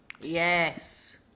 Yes